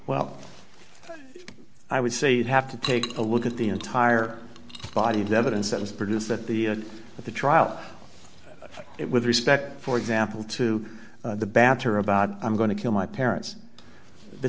well i would say that have to take a look at the entire body of evidence that was produced that the at the trial it with respect for example to the batter about i'm going to kill my parents the